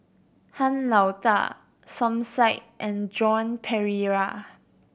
Han Lao Da Som Said and Joan Pereira